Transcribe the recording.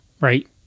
right